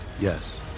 Yes